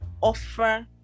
offer